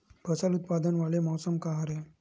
फसल उत्पादन वाले मौसम का हरे?